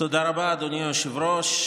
תודה רבה, אדוני היושב-ראש.